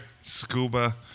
scuba